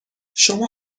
شما